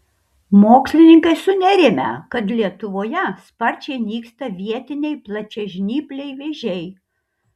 mokslininkai sunerimę kad lietuvoje sparčiai nyksta vietiniai plačiažnypliai vėžiai